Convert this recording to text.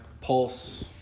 Pulse